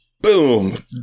boom